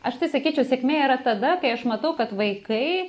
aš tai sakyčiau sėkmė yra tada kai aš matau kad vaikai